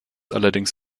allerdings